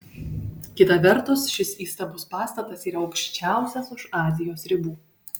kita vertus šis įstabus pastatas yra aukščiausias už azijos ribų